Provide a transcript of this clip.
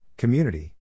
community